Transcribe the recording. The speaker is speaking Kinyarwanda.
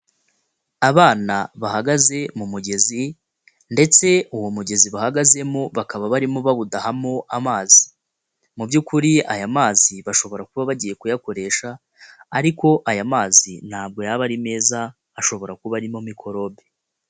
Abana bahagaze mu mugezi ndetse uwo mugezi bahagazemo bakaba barimo bawudahamo amazi, mu by'ukuri aya mazi bashobora kuba bagiye kuyakoresha ariko aya mazi ntabwo yaba ari meza ashobora kuba arimo mikorobe.